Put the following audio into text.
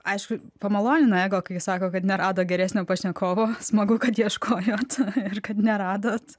aišku pamalonina ego kai sako kad nerado geresnio pašnekovo smagu kad ieškojot ir kad neradot